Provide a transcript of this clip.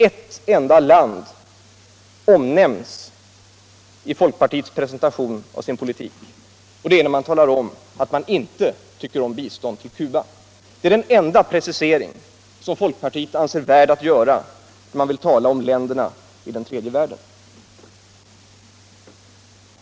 Eu enda land omnämns i folkpartiets presentation av sin politik — man säger att man inte gillar bistånd till Cuba. Det är den enda precisering som folkpartiet anser värd att göra när det gäller länderna i tredje världen.